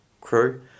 crew